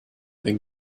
been